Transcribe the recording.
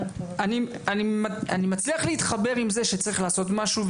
אני מצליח להתחבר עם זה שצריך לעשות משהו.